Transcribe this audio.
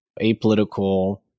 apolitical